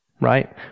Right